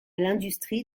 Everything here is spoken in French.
l’industrie